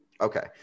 Okay